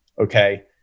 okay